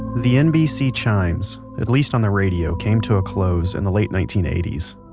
the nbc chimes, at least on the radio, came to a close in the late nineteen eighty s,